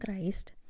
Christ